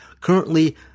currently